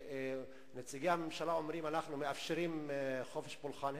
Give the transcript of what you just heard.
כשנציגי הממשלה אומרים: אנחנו מאפשרים חופש פולחן,